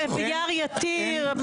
ביער יתיר.